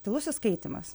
tylusis skaitymas